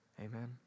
Amen